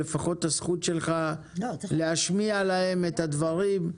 אבל לפחות הזכות שלך להשמיע להם אתה דברים.